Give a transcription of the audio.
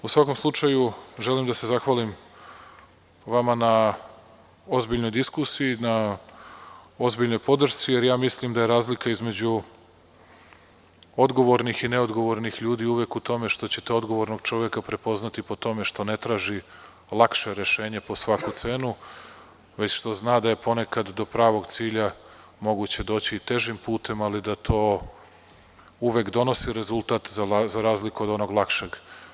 U svakom slučaju, želim da se zahvalim vama na ozbiljnoj diskusiji, na ozbiljnoj podršci, jer mislim da je razlika između odgovornih i neodgovornih ljudi uvek u tome što ćete odgovornog čoveka prepoznati po tome što ne traži lakše rešenje po svaku cenu, već što zna da je ponekad do pravog cilja moguće doći težim putem, ali da to uvek donosi rezultat, za razliku od onog lakše.